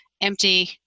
empty